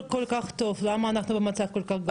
כל כך טוב למה אנחנו במצב כל כך גרוע?